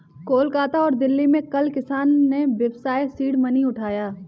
कोलकाता और दिल्ली में कल किसान ने व्यवसाय सीड मनी उठाया है